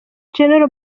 gen